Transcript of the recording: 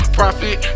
profit